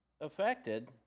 affected